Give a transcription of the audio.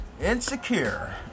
Insecure